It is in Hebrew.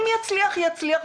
אם יצליח יצליח,